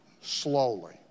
slowly